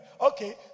Okay